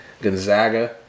Gonzaga